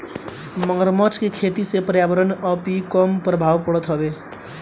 मगरमच्छ के खेती से पर्यावरण पअ भी कम प्रभाव पड़त हवे